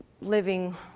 living